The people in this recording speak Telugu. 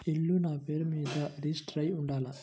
ఇల్లు నాపేరు మీదే రిజిస్టర్ అయ్యి ఉండాల?